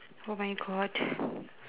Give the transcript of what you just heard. oh my god